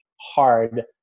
hard